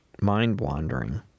mind-wandering